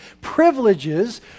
privileges